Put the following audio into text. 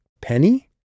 Penny